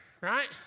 right